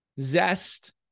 zest